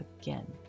again